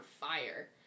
fire